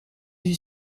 vue